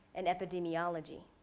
and epidemiology.